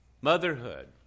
motherhood